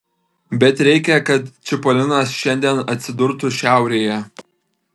bet reikia kad čipolinas šiandien atsidurtų šiaurėje